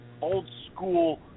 old-school